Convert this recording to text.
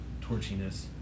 torchiness